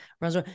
runs